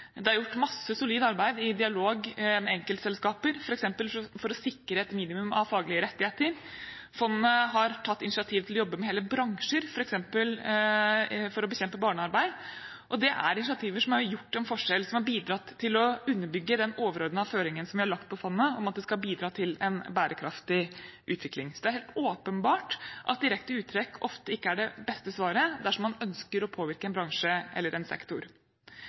Det er gjort masse solid arbeid i dialog med enkeltselskaper, f.eks. for å sikre et minimum av faglige rettigheter. Fondet har tatt initiativ til å jobbe med hele bransjer, f.eks. for å bekjempe barnearbeid, og det er initiativer som har gjort en forskjell, som har bidratt til å underbygge den overordnede føringen som vi har lagt på fondet, om at det skal bidra til en bærekraftig utvikling. Så det er helt åpenbart at direkte uttrekk ofte ikke er det beste svaret dersom en ønsker å påvirke en bransje eller en sektor.